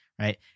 right